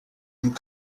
and